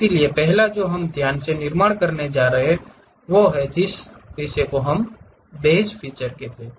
इसलिए पहला जो हम ध्यान से निर्माण करने जा रहे हैं वह है जिसे हम बेस फीचर कहते हैं